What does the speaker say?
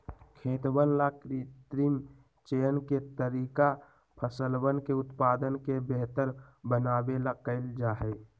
खेतवन ला कृत्रिम चयन के तरीका फसलवन के उत्पादन के बेहतर बनावे ला कइल जाहई